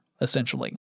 essentially